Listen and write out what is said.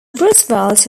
roosevelt